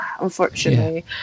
unfortunately